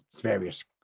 various